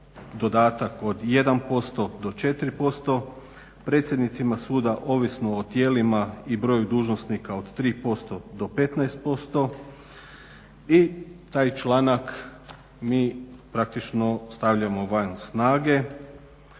dodatak od 1% do 4%, predsjednicima suda ovisno o tijelima i broju dužnosnika od 3% do 15%, i taj članak mi praktično stavljamo van snage,